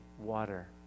water